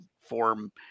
form